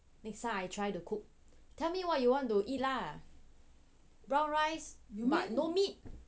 next time I try to cook tell me what you want to eat lah brown rice but no meat